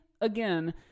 Again